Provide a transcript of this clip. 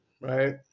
right